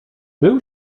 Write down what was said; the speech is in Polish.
był